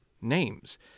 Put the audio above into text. names